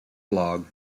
blog